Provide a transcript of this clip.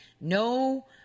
No